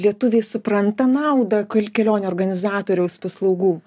lietuviai supranta naudą kel kelionių organizatoriaus paslaugų